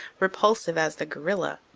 repulsive as the gorilla.